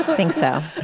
think so